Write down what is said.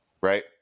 right